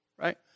Right